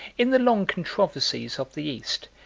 in the long controversies of the east,